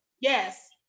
Yes